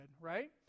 right